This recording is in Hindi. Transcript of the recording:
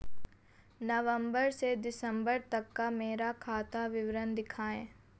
नवंबर से दिसंबर तक का मेरा खाता विवरण दिखाएं?